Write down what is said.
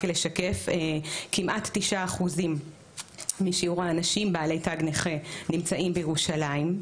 כמעט 9% משיעור האנשים בעלי תג נכה נמצאים בירושלים,